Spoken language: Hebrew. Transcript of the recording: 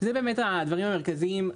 אלה הדברים המרכזיים.